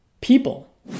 people